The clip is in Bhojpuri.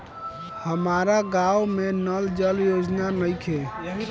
हमारा गाँव मे नल जल योजना नइखे?